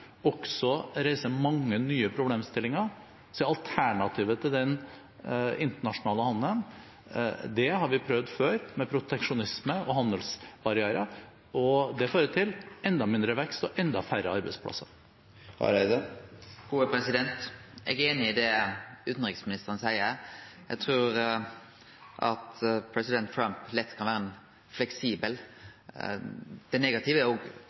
også reiser mange nye problemstillinger, er alternativet til den internasjonale handelen noe vi har prøvd før, med proteksjonisme og handelsbarrierer, og det fører til enda mindre vekst og enda færre arbeidsplasser. Eg er einig i det utanriksministeren seier. Eg trur at president Trump lett kan vere fleksibel. Det negative